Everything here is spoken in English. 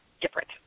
different